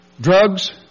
Drugs